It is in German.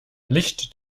licht